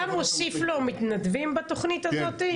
אתה מוסיף לו מתנדבים בתוכנית הזאת?